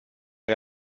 que